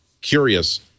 curious